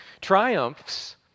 Triumphs